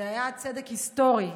זה היה צדק היסטורי.